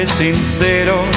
sincero